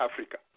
Africa